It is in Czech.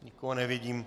Nikoho nevidím.